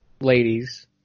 ladies